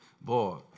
boy